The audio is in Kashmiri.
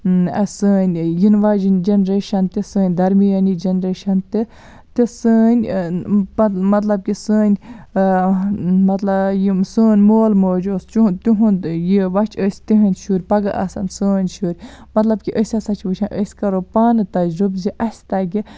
سٲنۍ یِنہٕ واجیٚن جَنریشَن تہِ سٲنۍ دَرمیٲنی جَنریشَن تہِ تہٕ سٲنۍ مَطلَب کہِ سٲنۍ مَطلَب یِم سون مول موج یۄس تِہُنٛد یہِ وَ چھِ أسۍ تِہٕنٛد شُرۍ پَگاہ آسَن سٲنۍ شُرۍ مَطلَب کہِ أسۍ ہَسا چھِ وٕچھان أسۍ کَرو پانہٕ تَجرُب اَسہِ تَگہِ